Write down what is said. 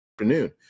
afternoon